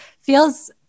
feels